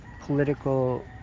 political